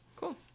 Cool